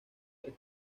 tres